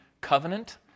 covenant